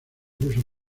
rusos